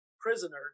prisoner